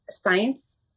science